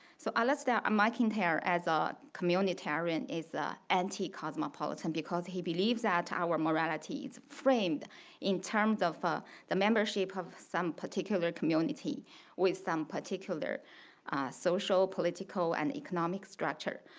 so alistair um mcintyre as a communitarian is anti-cosmopolitan because he believes that our morality is framed in terms of ah the membership of some particular community with some particular social, political and economic structure.